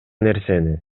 нерсени